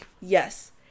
Yes